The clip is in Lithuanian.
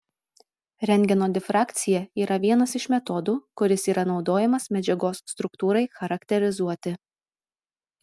rentgeno difrakcija yra vienas iš metodų kuris yra naudojamas medžiagos struktūrai charakterizuoti